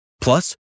Plus